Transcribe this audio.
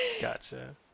Gotcha